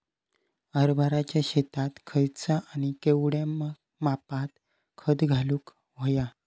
हरभराच्या शेतात खयचा आणि केवढया मापात खत घालुक व्हया?